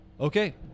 okay